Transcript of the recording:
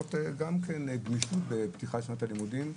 לעשות גמישות בפתיחת שנת הלימודים.